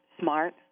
smart